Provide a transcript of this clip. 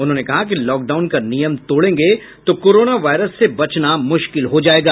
उन्होंने कहा कि लॉकडाउन का नियम तोड़ेंगे तो कोरोना वायरस से बचना मुश्किल हो जायेगा